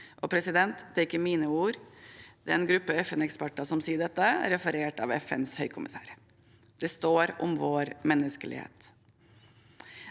menneskeheten. Det er ikke mine ord; det er en gruppe FN-eksperter som sier dette, referert av FNs høykommissær. Det står om vår menneskelighet.